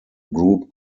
group